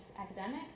academic